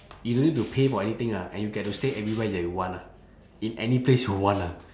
you don't need to pay for anything lah and you get to stay everywhere that you want ah in any place you want ah